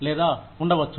లేదా ఉండవచ్చు